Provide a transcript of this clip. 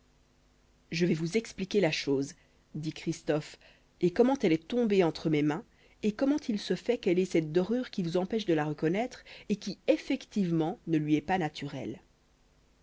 je vais vous expliquer la chose dit christophe et comment elle est tombée entre mes mains et comment il se fait qu'elle ait cette dorure qui vous empêche de la reconnaître et qui effectivement ne lui est pas naturelle